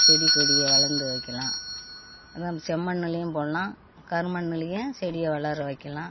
செடி கொடியை வளர்ந்து வைக்கலாம் அதுதான் செம்மண்ணுலேயும் போடலாம் கருமண்ணுலேயும் செடியை வளர வைக்கலாம்